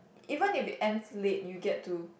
even if it ends late you get to